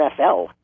NFL